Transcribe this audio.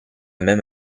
même